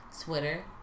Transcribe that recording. twitter